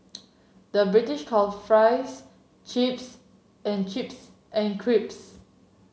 the British call fries chips and chips and